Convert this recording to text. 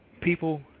people